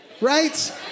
Right